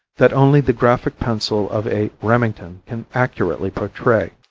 that only the graphic pencil of a remington can accurately portray.